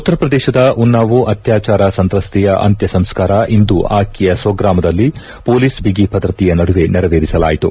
ಉತ್ತರ ಪ್ರದೇಶದ ಉನ್ನಾವೋದ ಅತ್ಯಾಚಾರ ಸಂತ್ರಸ್ತೆಯ ಅಂತ್ಯ ಸಂಸ್ಕಾರ ಇಂದು ಆಕೆಯ ಸ್ವಗ್ರಾಮದಲ್ಲಿ ಪೊಲೀಸ್ ಬಿಗಿಭದ್ರತೆಯ ನಡುವೆ ನೆರವೇರಿಸಲಾಯಿತು